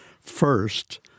first